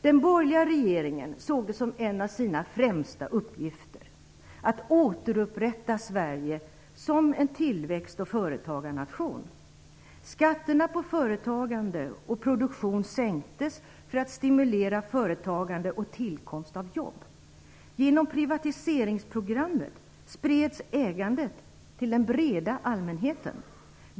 Den borgerliga regeringen såg det som en av sina främsta uppgifter att återupprätta Sverige som en tillväxt och företagarnation. Skatterna på företagande och produktion sänktes för att stimulera företagande och tillkomst av jobb. Genom privatiseringsprogrammet spreds ägandet till den breda allmänheten.